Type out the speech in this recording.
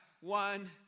One